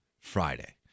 Friday